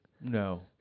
No